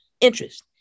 interest